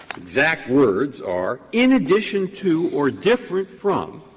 exact words are in addition to or different from